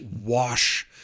wash